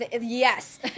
yes